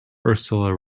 ursula